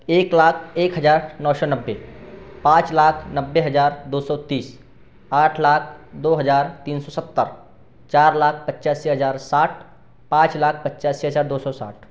एक लाख एक हजार नौ सौ नब्बे पाँच लाख नब्बे हजार दो सौ तीस आठ लाख दो हजार तीन सौ सत्तर चार लाख पचासी हजार साठ पाँच लाख पचासी हजार दो सौ साठ